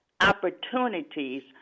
opportunities